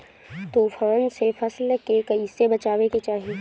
तुफान से फसल के कइसे बचावे के चाहीं?